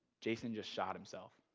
jason just shot himself.